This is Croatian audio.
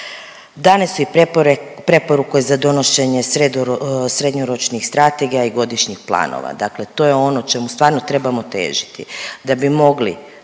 Dane su i preporuke za donošenje srednjoročnih strategija i godišnjih planova. Dakle, to je ono čemu stvarno trebamo težiti